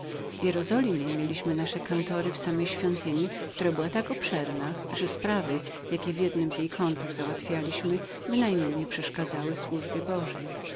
w jerozolimie mieliśmy nasze kantory w samej świątyni która była tak obszerną że sprawy jakie w jednym jej kącie załatwialiśmy bynajmniej nie mieszały służb bożych